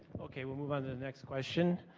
okay, we'll move on to the next question